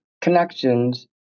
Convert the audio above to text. connections